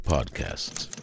Podcasts